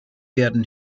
werden